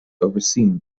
overseen